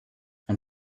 ein